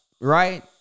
right